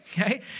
okay